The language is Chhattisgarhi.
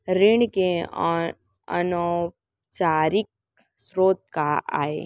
ऋण के अनौपचारिक स्रोत का आय?